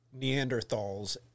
Neanderthals